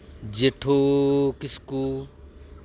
Jethu Kisku